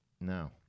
No